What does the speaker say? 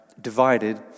divided